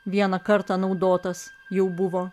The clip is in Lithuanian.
vieną kartą naudotas jau buvo